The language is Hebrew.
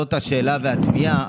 זאת השאלה והתמיהה.